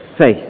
faith